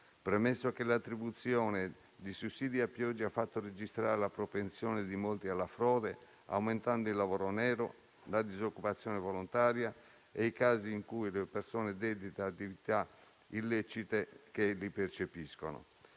del lavoro; l'attribuzione di sussidi a pioggia ha fatto registrare la propensione di molti alla frode, aumentando il lavoro nero, la disoccupazione volontaria e i casi di persone dedite ad attività illecite; si registrano